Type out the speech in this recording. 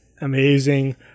amazing